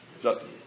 Justin